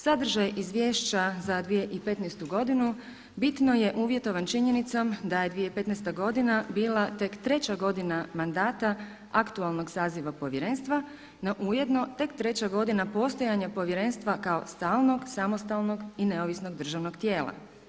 Sadržaj Izvješća za 2015. godinu bitno je uvjetovan činjenicom da je 2015. godina bila tek treća godina mandata aktualnog saziva Povjerenstva, no ujedno tek treća godina postojanja Povjerenstva kao stalnog, samostalnog i neovisnog državnog tijela.